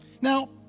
Now